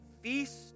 feast